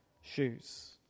shoes